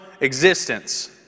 existence